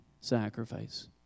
sacrifice